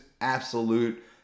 absolute